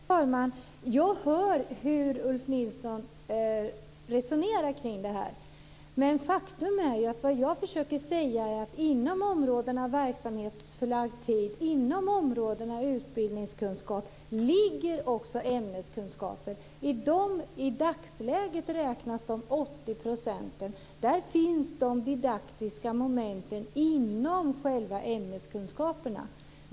Fru talman! Jag hör hur Ulf Nilsson resonerar kring detta, men det jag försöker säga är att det inom områdena verksamhetsförlagd tid och utbildningskunskap också ligger ämneskunskaper. I dagsläget räknas de 80 procenten. Där finns de didaktiska momenten inom själva ämneskunskaperna.